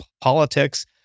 politics